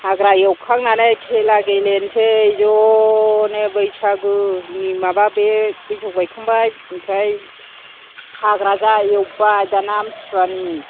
हाग्रा एवखांनानै खेला गेलेनोसै ज' नो बैसागुनि माबा बे बैसागु बायखांबाय ओमफ्राय हाग्रा जा एवबाय दाना आमथिसुवानि